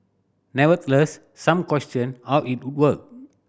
nevertheless some questioned how it would work